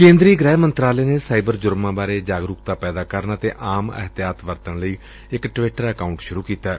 ਕੇ'ਦਰੀ ਗ੍ਰਹਿ ਮੰਤਰਾਲੇ ਨੇ ਸਾਈਬਰ ਜੁਰਮਾਂ ਬਾਰੇ ਜਾਗਰੂਕਤਾ ਪੈਦਾ ਕਰਨ ਅਤੇ ਆਮ ਅਹਤਿਆਤ ਵਰਤਣ ਲਈ ਇਕ ਟਵਿੱਟਰ ਅਕਾਊਂਟ ਸੁਰੂ ਕੀਤੈ